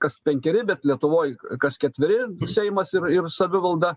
kas penkeri bet lietuvoj kas ketveri seimas ir ir savivalda